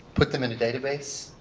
put them in a database,